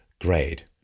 grade